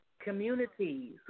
communities